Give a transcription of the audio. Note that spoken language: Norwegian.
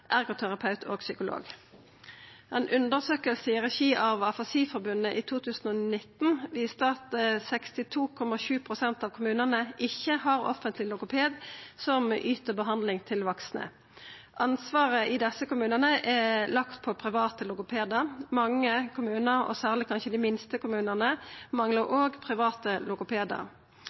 ergoterapeut og psykolog. Ei undersøking i regi av Afasiforbundet i 2019 viste at 62,7 pst. av kommunane ikkje har offentleg logoped som yter behandling til vaksne. Ansvaret i desse kommunane er lagt på private logopedar. Mange kommunar, og særleg kanskje dei minste kommunane, manglar òg private